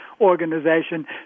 organization